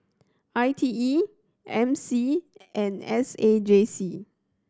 I T E M C and S A J C